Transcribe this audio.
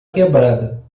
quebrada